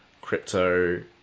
Crypto